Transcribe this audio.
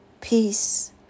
peace